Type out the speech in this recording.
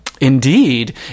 Indeed